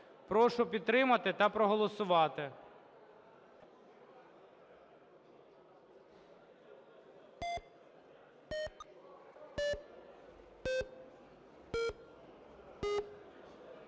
Прошу підтримати та проголосувати.